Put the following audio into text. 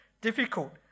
difficult